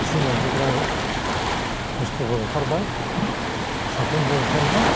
थुरसि मानजिग्रा बुस्थुबो ओंखारबाय साफुनबो ओंखारबाय